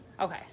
okay